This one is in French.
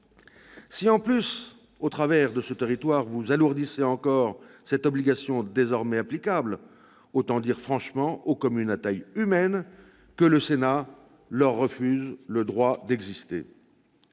Si, en plus, au travers de ce territoire, vous alourdissez encore cette obligation désormais applicable, autant dire franchement aux communes à taille humaine que le Sénat leur refuse le droit d'exister.